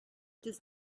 does